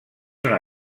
una